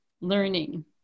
learning